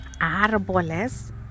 árboles